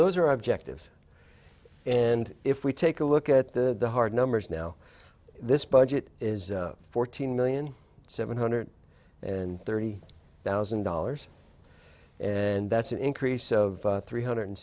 those are our objectives and if we take a look at the hard numbers now this budget is fourteen million seven hundred and thirty thousand dollars and that's an increase of three hundred